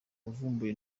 yavumbuye